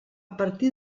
partir